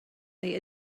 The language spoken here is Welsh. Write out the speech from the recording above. neu